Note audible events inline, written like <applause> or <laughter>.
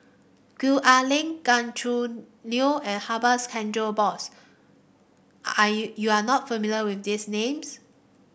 Gwee Ah Leng Gan Choo Neo and <unintelligible> Chandra Bose are you you are not familiar with these names